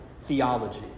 Theology